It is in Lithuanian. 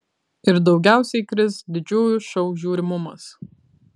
ir daugiausiai kris didžiųjų šou žiūrimumas